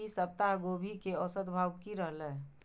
ई सप्ताह गोभी के औसत भाव की रहले?